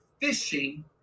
fishing